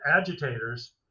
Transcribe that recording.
agitators